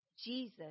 Jesus